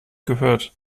gehört